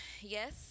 yes